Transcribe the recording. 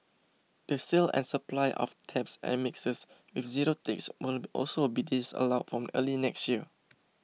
the sale and supply of taps and mixers with zero ticks will also be disallowed from early next year